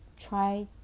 try